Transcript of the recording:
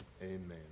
amen